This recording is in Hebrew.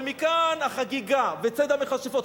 ומכאן החגיגה וציד המכשפות,